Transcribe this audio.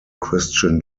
christian